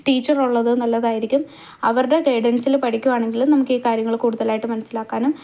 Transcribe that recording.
ടീച്ചറുള്ളത് നല്ലതായിരിക്കും അവരുടെ ഗൈഡൻസില് പഠിക്കുകയാണെങ്കില് നമുക്കീ കാര്യങ്ങള് കൂടുതലായിട്ട് മനസിലാക്കാനും